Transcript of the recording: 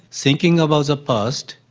thinking about the past,